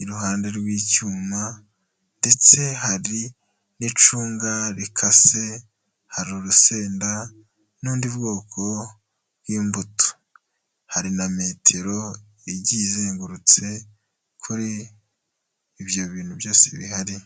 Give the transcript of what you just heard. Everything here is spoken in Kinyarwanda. iruhande rw'icyuma, ndetse hari n'icunga rikase, hari urusenda n'ubundi bwoko bw'imbuto, hari na metero igiye izengurutse kuri ibyo bintu byose bihari.